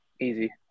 Easy